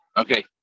Okay